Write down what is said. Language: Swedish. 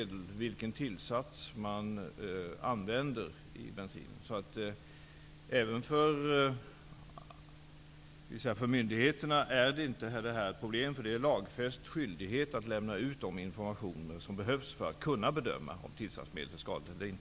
Den tillsats man använder i bensinen är i mindre grad ett konkurrensmedel. Även för myndigheterna är detta inte något problem. Det finns en lagfäst skyldighet att lämna ut den information som behövs för att kunna bedöma om tillsatsmedlet är skadligt eller inte.